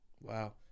Wow